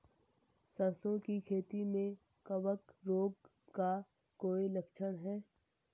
सरसों की खेती में कवक रोग का कोई लक्षण है?